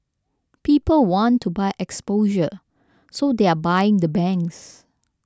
people want to buy exposure so they're buying the banks